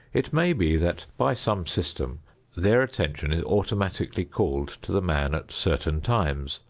it may be that by some system their attention is automatically called to the man at certain times,